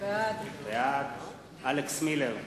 בעד אלכס מילר,